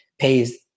pays